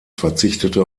verzichtete